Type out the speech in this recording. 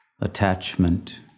attachment